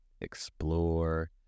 Explore